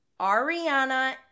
ariana